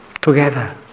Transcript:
together